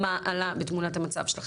מה עלה בתמונת המצב שלכם.